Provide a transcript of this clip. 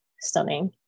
stunning